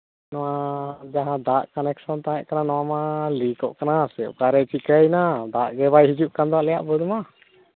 ᱡᱟᱦᱟᱸ ᱫᱟᱜ ᱠᱟᱱᱮᱠᱥᱚᱱ ᱛᱟᱦᱮᱸᱠᱟᱱᱟ ᱱᱚᱣᱟ ᱢᱟ ᱞᱤᱠᱚᱜ ᱠᱟᱱᱟ ᱪᱮᱫ ᱚᱠᱟᱨᱮ ᱪᱤᱠᱟᱹᱭᱮᱱᱟ ᱫᱟᱜ ᱜᱮ ᱵᱟᱭ ᱦᱤᱡᱩᱜ ᱠᱟᱱ ᱫᱚ ᱟᱞᱮᱭᱟᱜ ᱵᱟᱹᱫᱽ ᱨᱮᱢᱟ